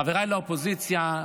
חבריי לאופוזיציה,